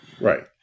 Right